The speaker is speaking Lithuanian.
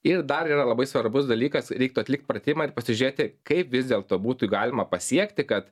ir dar yra labai svarbus dalykas reiktų atlikt pratimą ir pasižiūrėti kaip vis dėlto būtų galima pasiekti kad